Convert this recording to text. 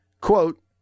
quote